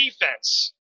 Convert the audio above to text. defense